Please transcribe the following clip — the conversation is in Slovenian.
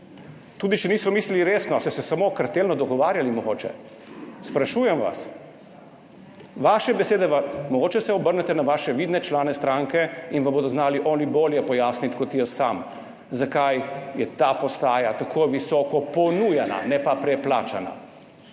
Tudi če niso mislili resno, so se samo kartelno dogovarjali, mogoče? Sprašujem vas. Vaše besede, mogoče se obrnete na svoje vidne člane stranke in vam bodo znali oni bolje pojasniti kot jaz sam, zakaj je ta postaja tako visoko ponujena, ne pa preplačana.